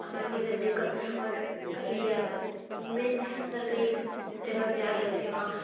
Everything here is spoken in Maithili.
आम आदमीके दिक्कत आओर कहीँ जाइमे मेन अगर कहीँ जगहपर जाइ रहलऽ छिए वहाँ